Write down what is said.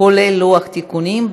כולל לוח התיקונים,